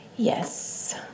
Yes